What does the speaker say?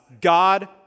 God